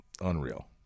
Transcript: unreal